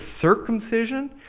circumcision